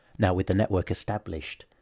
now with the network established,